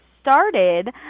started